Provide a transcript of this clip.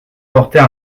porter